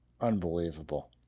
unbelievable